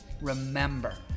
Remember